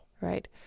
Right